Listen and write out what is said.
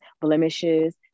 blemishes